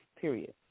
Period